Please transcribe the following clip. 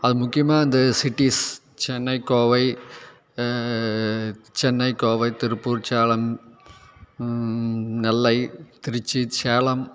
அது முக்கியமாக இந்த சிட்டிஸ் சென்னை கோவை சென்னை கோவை திருப்பூர் சேலம் நெல்லை திருச்சி சேலம்